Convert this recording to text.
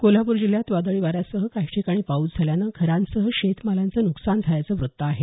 कोल्हापूर जिल्ह्यात वादळी वाऱ्यासह काही ठिकाणी पाऊस झाल्यानं घरांसह शेतमालाचं नुकसान झाल्याचं वृत्त आहे